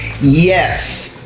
yes